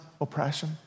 oppression